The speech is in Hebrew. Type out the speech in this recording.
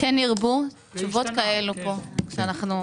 כן ירבו תשובות כאלה כאן.